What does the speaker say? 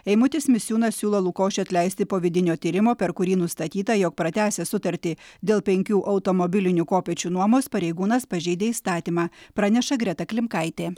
eimutis misiūnas siūlo lukošių atleisti po vidinio tyrimo per kurį nustatyta jog pratęsęs sutartį dėl penkių automobilinių kopėčių nuomos pareigūnas pažeidė įstatymą praneša greta klimkaitė